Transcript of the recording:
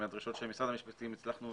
מהדרישות של משרד המשפטים הצלחנו